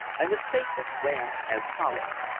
and the statement ran as follows